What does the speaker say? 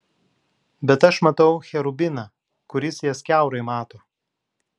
bet aš matau cherubiną kuris jas kiaurai mato